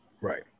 Right